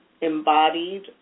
embodied